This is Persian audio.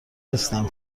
نیستم